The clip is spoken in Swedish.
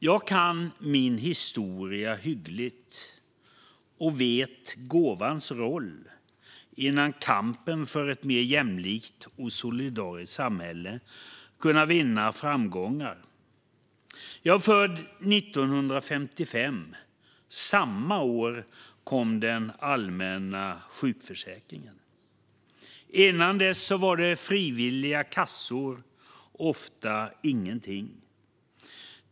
Jag kan min historia hyggligt och vet gåvans roll innan kampen för ett mer jämlikt och solidariskt samhälle kunde vinna framgångar. Jag är född 1955. Samma år kom den allmänna sjukförsäkringen. Innan dess var det frivilliga kassor och ofta ingenting.